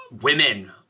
women